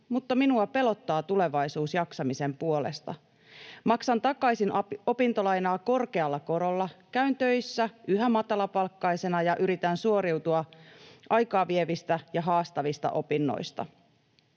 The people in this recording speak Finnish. mutta minua pelottaa tulevaisuus jaksamisen puolesta. Maksan takaisin opintolainaa korkealla korolla, käyn töissä yhä matalapalkkaisena ja yritän suoriutua aikaa vievistä ja haastavista opinnoista.